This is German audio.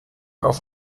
auf